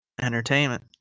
Entertainment